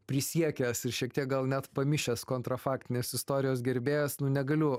prisiekęs ir šiek tiek gal net pamišęs kontrafaktinės istorijos gerbėjas negaliu